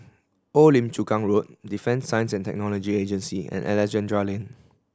Old Lim Chu Kang Road Defence Science And Technology Agency and Alexandra Lane